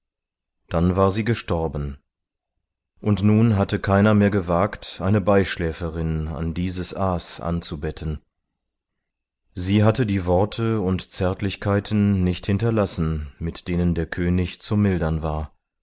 dann war sie gestorben und nun hatte keiner mehr gewagt eine beischläferin an dieses aas anzubetten sie hatte die worte und zärtlichkeiten nicht hinterlassen mit denen der könig zu mildern war